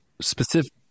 Specific